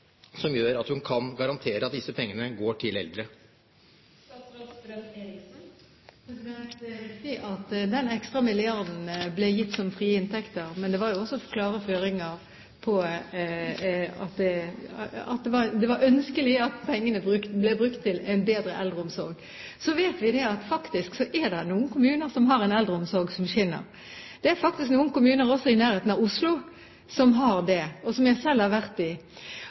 som gjør at hun kan garantere at disse pengene går til eldre? Det er riktig at den ekstra milliarden ble gitt som frie inntekter, men det var jo også klare føringer på at det var ønskelig at pengene ble brukt til en bedre eldreomsorg. Så vet vi at det faktisk er noen kommuner som har en eldreomsorg som skinner. Det er faktisk noen kommuner også i nærheten av Oslo som har det, og som jeg selv har vært i.